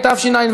התשע"ו,